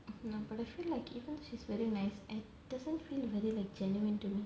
ya but I feel like even she's very nice I doesn't feel very like genuine to me